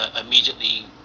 immediately